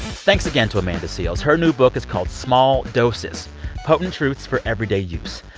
thanks again to amanda seales. her new book is called small doses potent truths for everyday use.